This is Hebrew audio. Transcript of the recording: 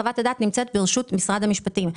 חוות הדעת נמצאת ברשות משרד המשפטים,